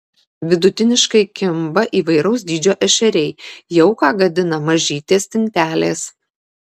vidutiniškai kimba įvairaus dydžio ešeriai jauką gadina mažytės stintelės